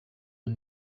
are